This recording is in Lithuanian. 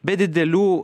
be didelių